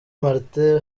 martin